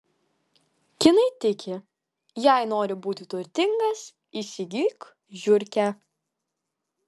kinai tiki jei nori būti turtingas įsigyk žiurkę